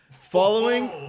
following